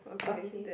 okay